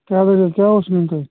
کیٛاہ دٔلیٖل کیٛاہ اوس نِیُن تۄہہِ